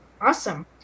Awesome